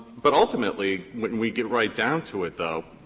but ultimately when we get right down to it, though,